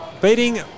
Beating